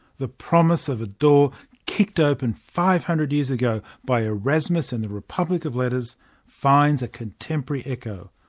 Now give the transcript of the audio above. the promise of a door kicked open five hundred years ago by erasmus and the republic of letters finds a contemporary echo.